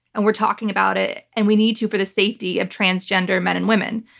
and we're talking about it. and we need to for the safety of transgender men and women.